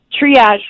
triage